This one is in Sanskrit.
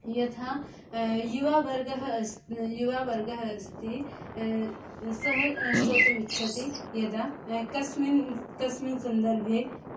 यथा युवा वर्गः अस् युवा वर्गः अस्ति सः श्रोतुम् इच्छति यदा कस्मिन् कस्मिन् सन्दर्भे